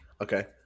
Okay